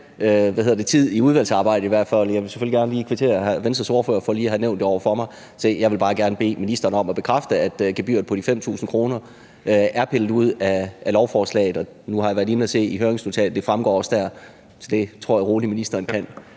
jeg vil selvfølgelig gerne lige over for Venstres ordfører kvittere for at have nævnt det for mig. Så jeg vil bare gerne bede ministeren om at bekræfte, at gebyret på de 5.000 kr. er pillet ud af lovforslaget. Og nu har jeg været inde at se i høringsnotatet, at det også fremgår der, så det tror jeg rolig ministeren kan